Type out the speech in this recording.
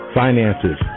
finances